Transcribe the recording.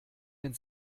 den